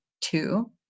two